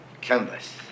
Canvas